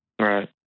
Right